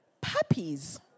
Puppies